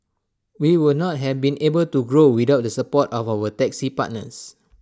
we would not have been able to grow without the support of our taxi partners